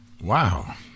Wow